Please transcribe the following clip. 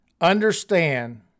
understand